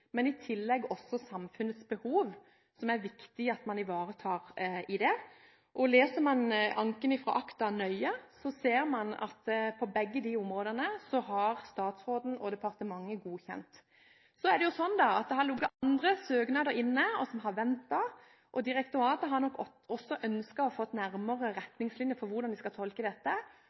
i tillegg til samfunnets behov som er viktig at man her ivaretar. Leser man anken fra ACTA nøye, ser man at statsråden og departementet har godkjent begge deler. Så er det jo slik at det har ligget andre søknader inne, og som har ventet, og direktoratet har nok ønsket å få nærmere retningslinjer for hvordan de skal tolke dette.